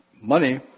Money